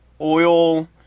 oil